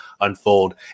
unfold